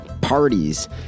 parties